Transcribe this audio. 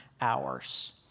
hours